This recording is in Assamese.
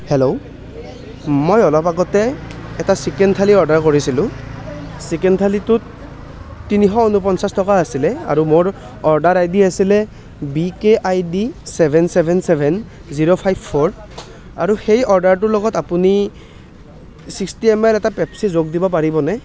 হেল্ল' মই অলপ আগতে এটা চিকেন থালী অৰ্ডাৰ কৰিছিলোঁ চিকেন থালীটোত তিনিশ উনপঞ্চাছ টকা আছিলে আৰু মোৰ অৰ্ডাৰ আই ডি আছিলে B K I D seven seven seven zero five four আৰু সেই অৰ্ডাৰটোৰ লগত আপুনি ছিক্সটী এম এল এটা পেপচি যোগ দিব পাৰিবনে